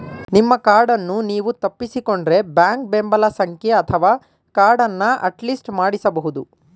ನಿಮ್ಮ ಕಾರ್ಡನ್ನು ನೀವು ತಪ್ಪಿಸಿಕೊಂಡ್ರೆ ಬ್ಯಾಂಕ್ ಬೆಂಬಲ ಸಂಖ್ಯೆ ಅಥವಾ ಕಾರ್ಡನ್ನ ಅಟ್ಲಿಸ್ಟ್ ಮಾಡಿಸಬಹುದು